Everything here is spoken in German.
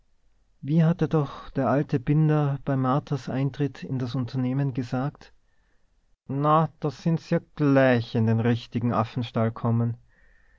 wie hatte doch der alte binder bei marthas eintritt in das unternehmen gesagt no da sin se ja gleich in de richtige affe'stall komme